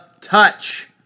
Touch